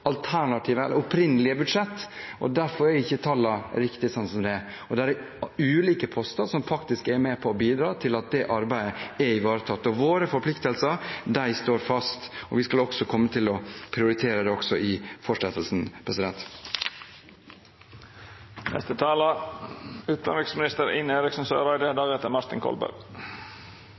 opprinnelige budsjett. Derfor er ikke tallene riktige, sånn som de er, og det er ulike poster som faktisk er med på å bidra til at det arbeidet er ivaretatt. Våre forpliktelser står fast, og vi kommer til å prioritere det også i fortsettelsen.